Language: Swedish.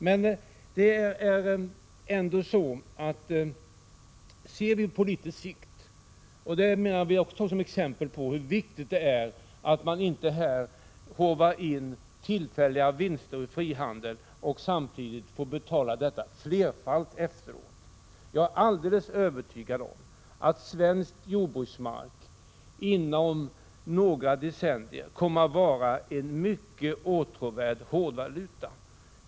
Men ser vi på litet längre sikt kan jag som exempel ta hur viktigt det är att man inte håvar in tillfälliga vinster ur frihandeln men sedan får betala detta flerfaldigt efteråt. Jag är alldeles övertygad om att svensk jordbruksmark inom några decennier kommer att vara en mycket åtråvärd hårdvaluta.